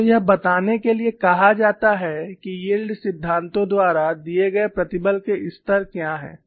आपको यह बताने के लिए कहा जाता है कि यील्ड सिद्धांतों द्वारा दिए गए प्रतिबल के स्तर क्या हैं